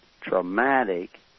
traumatic